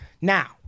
now